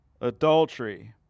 adultery